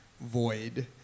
void